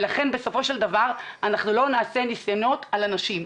אבל בסופו של דבר לא נעשה ניסיונות על אנשים.